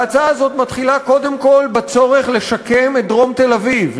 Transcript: וההצעה הזאת מתחילה קודם כול בצורך לשקם את דרום תל-אביב,